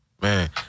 Man